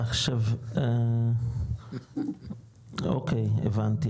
עכשיו, אוקי, הבנתי.